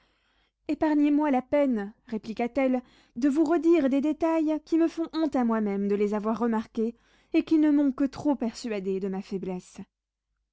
épargnez-moi la peine répliqua-t-elle de vous redire des détails qui me font honte à moi-même de les avoir remarqués et qui ne m'ont que trop persuadée de ma faiblesse